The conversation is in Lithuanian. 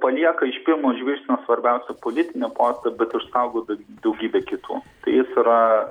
palieka iš pirmo žvilgsnio svarbiausią politinį postą bet išsaugo daugybė kitų tai jis yra